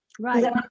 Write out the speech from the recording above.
right